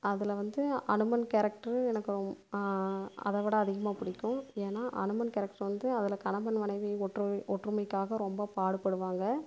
அதில் வந்து அனுமன் கேரக்டர் எனக்கு ரொம் அதைவிட அதிமாக பிடிக்கும் ஏன்னால் அனுமன் கேரக்டர் வந்து அதில் கணவன் மனைவி ஒற்றுமை ஒற்றுமைக்காக ரொம்ப பாடுபடுவாங்க